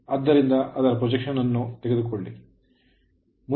ಆದ್ದರಿಂದ ಅದರ projection ಪ್ರಕ್ಷೇಪಣೆ ಯನ್ನು ತೆಗೆದುಕೊಳ್ಳಲಾಗುತ್ತದೆ